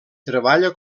treballa